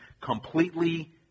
completely